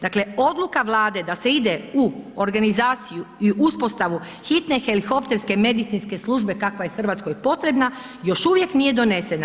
Dakle odluka Vlade da se ide u organizaciju i uspostavu hitne helikopterske medicinske službe kakva je Hrvatskoj potrebna još uvijek nije donesena.